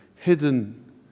hidden